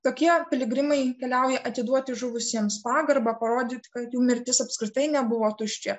tokie piligrimai keliauja atiduoti žuvusiems pagarbą parodyti kad jų mirtis apskritai nebuvo tuščia